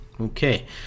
Okay